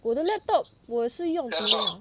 我的 laptop 我也是用几年了